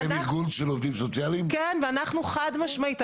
אתם ארגון של עובדים סוציאליים ואתם מבחינתכם